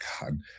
God